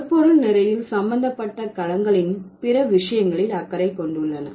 சொற்பொருள் நிலையில் சம்பந்தப்பட்ட களங்களின் பிற விஷயங்களில் அக்கறை கொண்டுள்ளன